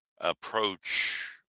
approach